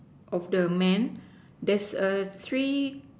of the man there's a tree